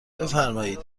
بفرمایید